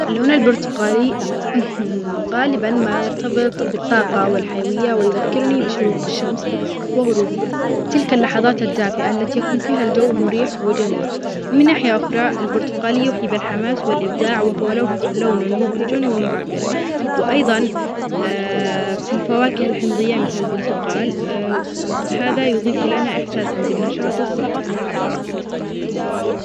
اللون البرتقالي غالبا ما يرتبط بالطاقة والحيوية ويذكرني بشروق الشمس وغروبها تلك اللحظات الدافئة التي يكون فيها الجو مريح وجميل ومن ناحية أخرى البرتقالي يوحي بالحماس والإبداع وهو لون مبهج ومعبر وأيضا فواكه الحمضية مثل البرتقال وهذا يظيف لنا إحساسًا بالنشاط والصحة